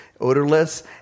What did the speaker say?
odorless